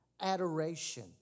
adoration